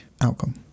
outcome